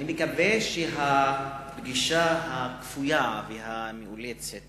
אני מקווה שהפגישה הכפויה והמאולצת